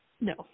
No